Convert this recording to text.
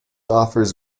offers